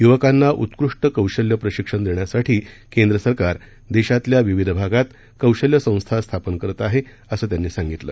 युवकांना उत्कृष्ट कौशल्य प्रशिक्षण देण्यासाठी केंद्र सरकार देशातल्या विविध भागात कौशल्य संस्था स्थापन करत आहे असं त्यांनी सांगितलं